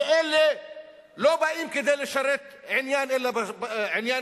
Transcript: ואלה לא באים כדי לשרת עניין כללי,